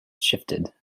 shifted